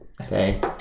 Okay